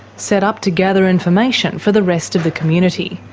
set up to gather information for the rest of the community.